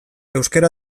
euskara